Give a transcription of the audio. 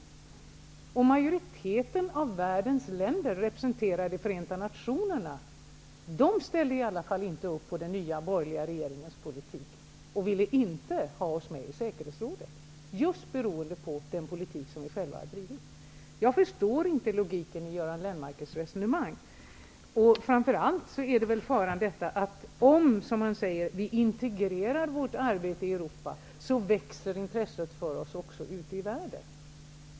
I varje fall ställer inte majoriteten av världens länder representerade i Förenta nationerna sig bakom den nya borgerliga regeringens politik, och den ville inte ha oss med i säkerhetsrådet, just beroende på den politik som ni själva har drivit. Jag förstår inte logiken i Göran Lennmarkers resonemang. Framför allt är det väl en fara i att som Göran Lennmarker säga att om vi integrerar vårt arbete i Europa, växer intresset för oss också ute i världen.